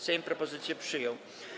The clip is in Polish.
Sejm propozycję przyjął.